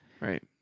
Right